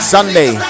Sunday